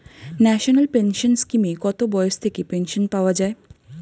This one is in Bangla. ন্যাশনাল পেনশন স্কিমে কত বয়স থেকে পেনশন পাওয়া যায়?